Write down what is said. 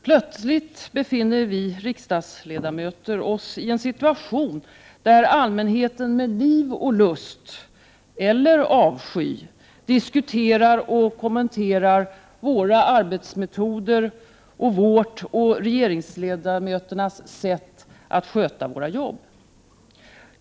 Plötsligt befinner vi riksdagsledamöter oss i en situation där allmänheten med liv och lust, eller avsky, diskuterar och kommenterar våra arbetsmetoder och vårt och regeringsledamöternas sätt att sköta arbetet.